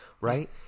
right